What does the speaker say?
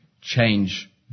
change